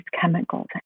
chemicals